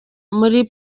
muri